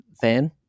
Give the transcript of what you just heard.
fan